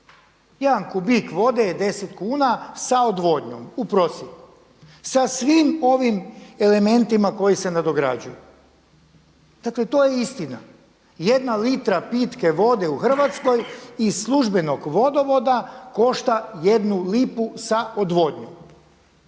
Jedan kubik vode je 10 kuna za odvodnjom u prosjeku sa svim ovim elementima koji se nadograđuju. Dakle to je istina. Jedna litra pitke vode u Hrvatskoj iz službenog vodovoda košta 1 lipu sa odvodnjom.